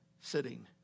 sitting